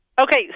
Okay